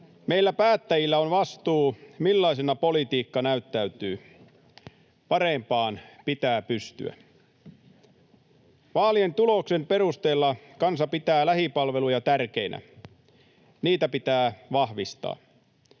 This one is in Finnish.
Meillä päättäjillä on vastuu siitä, millaisena politiikka näyttäytyy. Parempaan pitää pystyä. Vaalien tuloksen perusteella kansa pitää lähipalveluja tärkeinä. Niitä pitää vahvistaa.